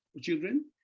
children